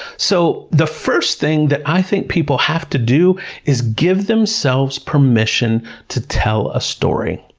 so, the first thing that i think people have to do is give themselves permission to tell a story.